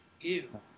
Ew